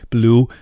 Blue